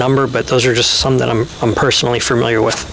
number but those are just some that i'm i'm personally familiar with